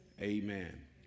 amen